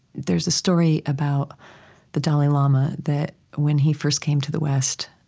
there's a story about the dalai lama that when he first came to the west.